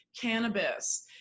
cannabis